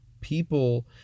people